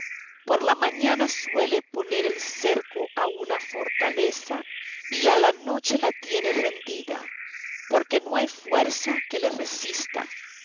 por la mañana suele poner el cerco a una fortaleza y a la noche la tiene rendida porque no hay fuerza que le resista